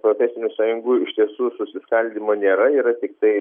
profesinių sąjungų iš tiesų susiskaldymo nėra yra tiktai